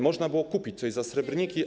Można było kupić coś za srebrniki.